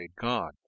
God